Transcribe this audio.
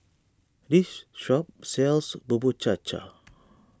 this shop sells Bubur Cha Cha